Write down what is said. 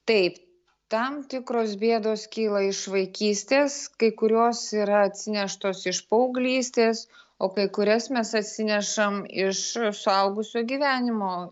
taip tam tikros bėdos kyla iš vaikystės kai kurios yra atsineštos iš paauglystės o kai kurias mes atsinešam iš suaugusių gyvenimo